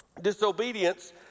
disobedience